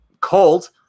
cold